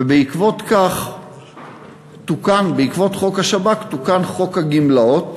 ובעקבות חוק השב"כ תוקן חוק הגמלאות,